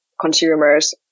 consumers